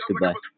Goodbye